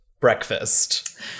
breakfast